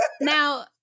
Now